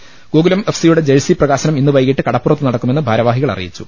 Gokulam F സിയുടെ jersey പ്രകാശനം ഇന്ന് വൈകീട്ട് കടപ്പുറത്ത് നടക്കുമെന്ന് ഭാരവാഹികൾ അറി യിച്ചു